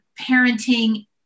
parenting